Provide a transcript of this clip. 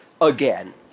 again